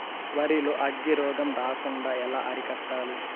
వరి లో అగ్గి రోగం రాకుండా ఎలా అరికట్టాలి?